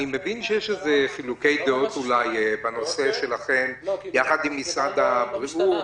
אני מבין שיש חילוקי דעות בנושא שלכם יחד עם משרד הבריאות